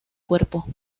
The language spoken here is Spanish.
cuerpo